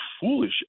foolish